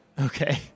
Okay